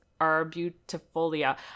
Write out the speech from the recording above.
Arbutifolia